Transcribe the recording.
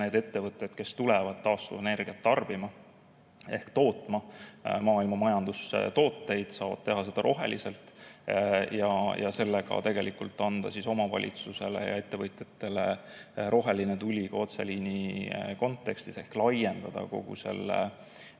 need ettevõtted, kes tulevad taastuvenergiat tarbima ehk tootma maailmamajanduse jaoks tooteid, saavad teha seda roheliselt. Sellega saab anda omavalitsusele ja ettevõtjatele rohelise tule ka otseliini kontekstis ehk laiendada kogu selle